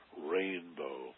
rainbow